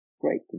great